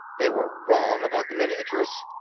they were wrong about the miniatures.